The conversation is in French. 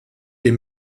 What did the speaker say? des